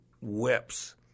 whips